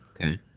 Okay